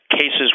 cases